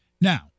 Now